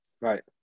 right